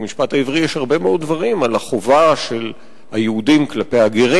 במשפט העברי יש הרבה מאוד דברים על החובה של היהודים כלפי הגרים.